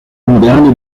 moderne